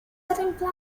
imply